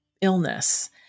illness